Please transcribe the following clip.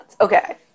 Okay